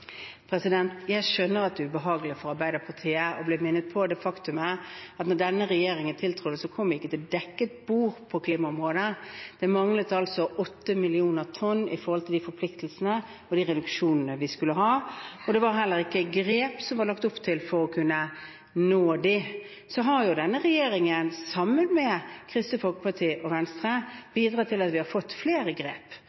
Jeg skjønner det er ubehagelig for Arbeiderpartiet å bli minnet om det faktumet at da denne regjeringen tiltrådte, kom vi ikke til dekket bord på klimaområdet. Det manglet 8 millioner tonn på de forpliktelsene og reduksjonene vi skulle ha, og det var heller ikke lagt opp til grep for å kunne nå dem. Denne regjeringen har sammen med Kristelig Folkeparti og Venstre bidratt til at vi har tatt flere grep.